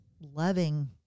loving